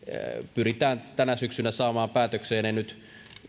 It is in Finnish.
pyritään tänä syksynä saamaan päätökseen en nyt